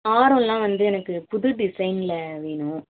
ஆரம் எல்லாம் வந்து எனக்கு புது டிசைனில் வேணும்